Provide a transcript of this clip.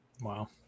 Wow